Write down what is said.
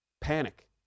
panic